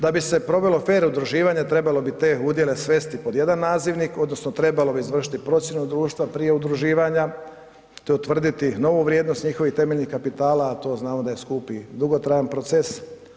Da bi se provelo fer udruživanje trebalo bi te udjele svesti pod jedan nazivnik odnosno trebalo bi izvršiti procjenu društva prije udruživanja, te utvrditi novu vrijednost njihovih temeljnih kapitala, a to znamo da je skup i dugotrajan proces.